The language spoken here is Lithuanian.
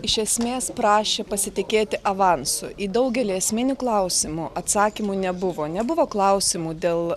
iš esmės prašė pasitikėti avansu į daugelį esminių klausimų atsakymų nebuvo nebuvo klausimų dėl